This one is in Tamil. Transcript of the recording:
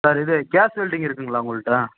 சார் இது கேஸ் வெல்டிங் இருக்குங்களா உங்கள்கிட்ட